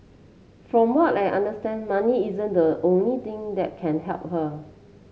from what I understand money isn't the only thing that can help her